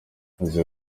uzi